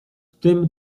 tym